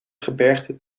gebergte